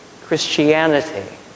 Christianity